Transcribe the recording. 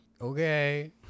okay